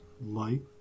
light